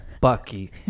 bucky